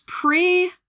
pre-